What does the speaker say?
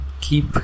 keep